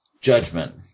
judgment